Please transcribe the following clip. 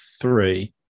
three